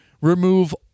remove